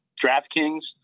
DraftKings